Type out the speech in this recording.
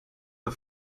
the